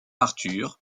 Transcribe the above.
arthur